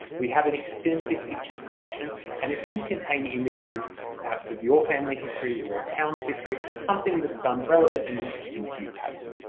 we have an extensive pictures collection and it could contain images perhaps of your family history, your town's history, something that's um relevant and interesting to you perhaps,